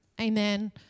Amen